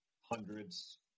hundreds